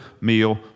meal